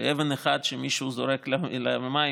אבן אחת שמישהו זורק למים,